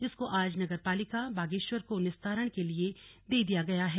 जिसको आज नगर पालिका बागेश्वर को निस्तारण के लिए दे दिया है